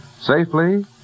safely